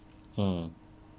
mm